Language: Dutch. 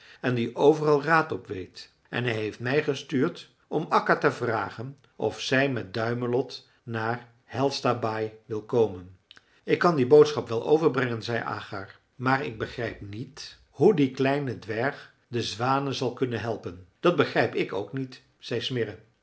en die overal raad op weet en hij heeft mij gestuurd om akka te vragen of zij met duimelot naar de hjälstabaai wil komen ik kan die boodschap wel overbrengen zei agar maar ik begrijp niet hoe die kleine dwerg de zwanen zal kunnen helpen dat begrijp ik ook niet zei smirre